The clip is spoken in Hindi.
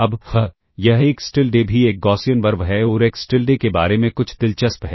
अब यह एक्स टिलडे भी एक गॉसियन RV है और एक्स टिलडे के बारे में कुछ दिलचस्प है